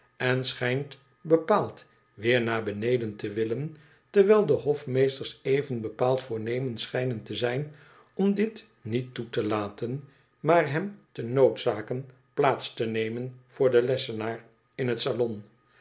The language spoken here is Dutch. en schijnt bepaald weer naar beneden te willen terwijl de hofmeesters even bepaald voornemens schijnen te zijn om dit niet toe te laten maar hem te noodzaken plaats te nemen voor den lees essen aar in het salon